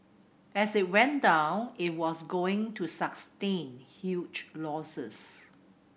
as it went down it was going to sustain huge losses